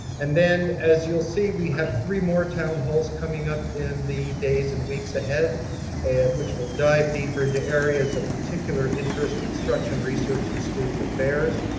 and then as you'll see, we have three more town halls coming up in the days and weeks ahead which will dive deeper into areas of particular interest, instruction, research, and student affairs.